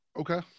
Okay